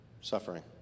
suffering